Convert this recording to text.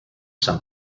some